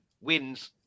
wins